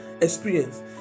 experience